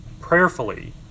prayerfully